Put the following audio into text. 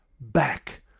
back